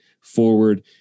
forward